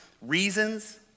reasons